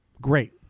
Great